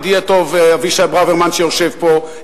ידידי הטוב אבישי ברוורמן שיושב פה,